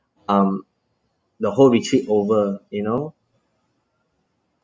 um the whole retreat over you know